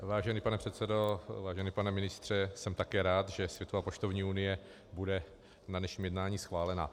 Vážený pane předsedo, vážený pane ministře, jsem také rád, že Světová poštovní unie bude na dnešním jednání schválena.